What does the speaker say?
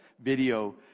video